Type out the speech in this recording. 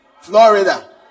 Florida